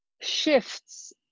shifts